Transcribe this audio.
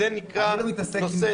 אני לא מתעסק בזה,